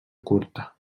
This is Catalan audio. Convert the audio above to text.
curta